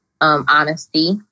honesty